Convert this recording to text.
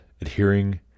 adhering